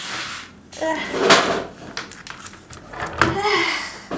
ah